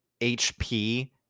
HP